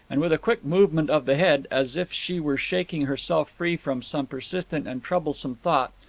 and with a quick movement of the head, as if she were shaking herself free from some persistent and troublesome thought,